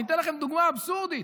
אתן לכם דוגמה אבסורדית: